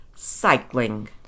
Cycling